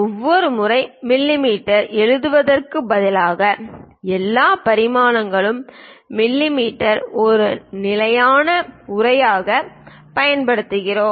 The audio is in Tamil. ஒவ்வொரு முறையும் மிமீ எழுதுவதற்கு பதிலாக எல்லா பரிமாணங்களும் மிமீ ஒரு நிலையான உரையாக பயன்படுத்துகிறோம்